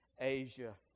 asia